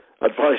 Advice